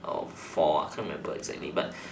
uh for I can't remember exactly but